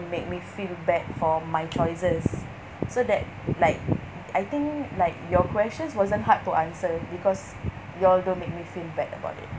make me feel bad for my choices so that like I think like your questions wasn't hard to answer because you all don't make me feel bad about it